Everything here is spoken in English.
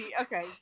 Okay